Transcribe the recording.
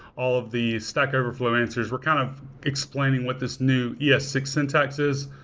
all of these stack overflow answers. we're kind of explaining what this new e s six syntax is.